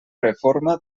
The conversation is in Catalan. reforma